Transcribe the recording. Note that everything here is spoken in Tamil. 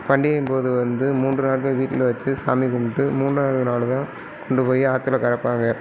பண்டிகையின் போது வந்து மூன்று நாட்கள் வீட்டில் வெச்சு சாமி கும்பிட்டு மூன்றாவது நாள் தான் கொண்டுப் போய் ஆற்றுல கரைப்பாங்க